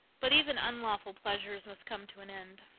but even unlawful pleasures must come to an end.